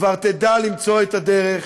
כבר תדע למצוא את הדרך